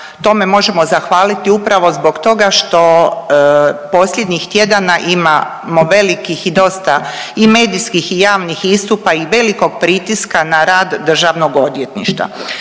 tome možemo zahvaliti upravo zbog toga što posljednjih tjedana imamo velikih i dosta i medijskih i javnih istupa i velikog pritiska na rad DORH-a.